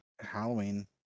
Halloween